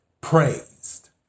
praised